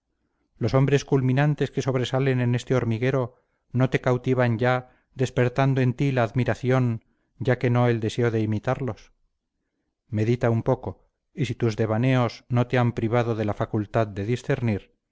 los hombres culminantes que sobresalen en este hormiguero no te cautivan ya despertando en ti la admiración ya que no el deseo de imitarlos medita un poco y si tus devaneos no te han privado de la facultad de discernir